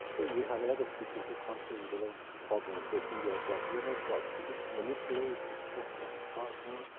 we have a lot of people who come here with a lot of ah problems they think we are god. we are not god! we just manipulate the structure of the plasma,